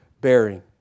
bearing